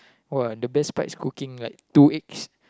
!wah! the best part is cooking like two eggs